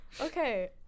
okay